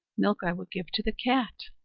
milk i will give to the cat,